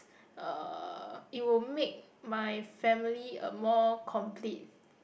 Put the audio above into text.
uh it will make my family a more complete